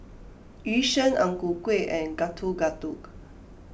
Yu Sheng Ang Ku Kueh and Getuk Getuk